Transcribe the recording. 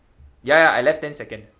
ya ya I left ten second